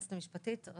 רק